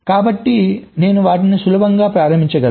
కాబట్టి నేను వాటిని చాలా సులభంగా ప్రారంభించగలను